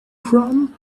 from